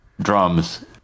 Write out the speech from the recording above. drums